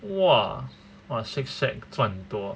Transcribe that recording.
!wah! shake shack 赚多